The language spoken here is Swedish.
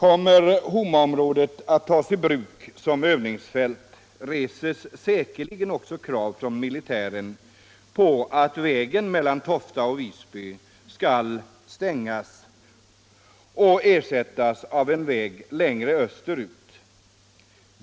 Om Homaområdet kommer att tas i bruk som övningsfält, så reses säkerligen krav från militären på att vägen mellan Tofta och Visby skall stängas av och ersättas av en ny väg längre österut.